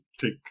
take